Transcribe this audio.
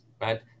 right